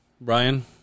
Brian